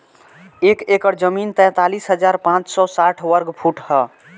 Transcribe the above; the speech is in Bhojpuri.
एक एकड़ जमीन तैंतालीस हजार पांच सौ साठ वर्ग फुट ह